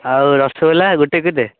ଆଉ ରସଗୋଲା ଗୋଟେକୁ କେତେ